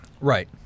Right